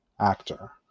actor